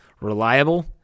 reliable